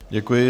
Děkuji.